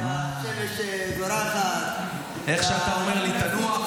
השמש זורחת --- איך שאתה אומר לי "תנוח",